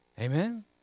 Amen